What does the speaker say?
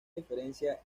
diferencia